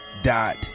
dot